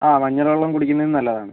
ആ മഞ്ഞൾ വെള്ളം കുടിക്കുന്നതും നല്ലതാണ്